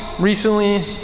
recently